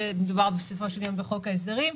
שמדובר בסופו של דבר בחוק ההסדרים,